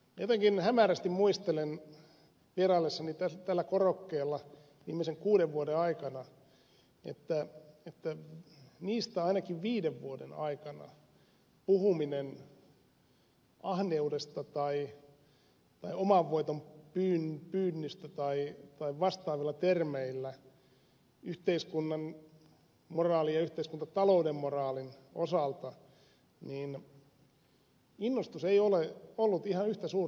jotenkin hämärästi muistelen vieraillessani tällä korokkeella viimeisen kuuden vuoden aikana että niistä ainakin viiden vuoden aikana puhumisessa ahneudesta tai oman voiton pyynnistä tai vastaavilla termeillä yhteiskunnan moraalin ja yhteiskuntatalouden moraalin osalta innostus ei ole ollut ihan yhtä suurta kuin nyt